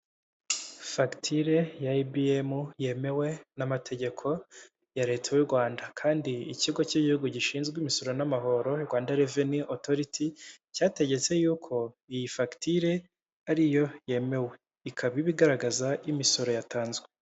Fagitire ya Ibiyemu yemewe n'amategeko ya leta y'u Rwanda kandi ikigo k'igihugu gishinzwe imisoro n'amahoro, Rwanda reveni otoriti cyategetse yuko iyi fagitire ariyo yemewe, ikaba iba igaragaza imisoro yatanzwe.